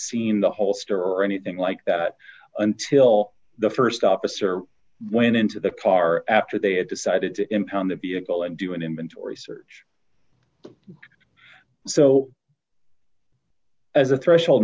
seen the holster or anything like that until the st officer went into the car after they had decided to impound the vehicle and do an inventory search so as a threshold